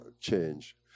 change